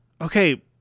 okay